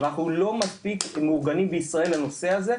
אנחנו לא מספיק מאורגנים בישראל בנושא הזה,